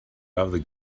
other